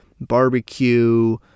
barbecue